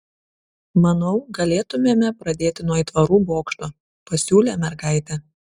manau galėtumėme pradėti nuo aitvarų bokšto pasiūlė mergaitė